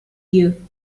you